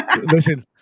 Listen